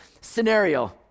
scenario